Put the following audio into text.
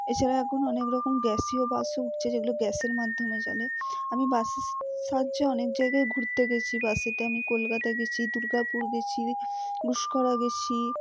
এছাড়া এখন অনেক রকম গ্যাসীয় বাসও উঠছে যেগুলো গ্যাসের মাধ্যমে চলে আমি বাসের সাহায্যে অনেক জায়গায় ঘুরতে গেছি বাসেতে আমি কলকাতা গেছি দুর্গাপুর গেছি গুসকরা গেছি